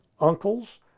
Uncles